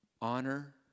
honor